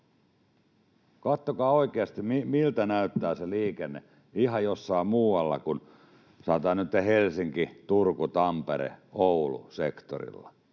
Katsokaa oikeasti, miltä näyttää se liikenne ihan jossain muualla kuin, sanotaan nyt, Helsinki—Turku—Tampere—Oulu-sektorilla.